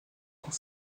quand